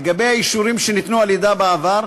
לגבי האישורים שניתנו על-ידה בעבר,